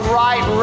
right